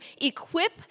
equip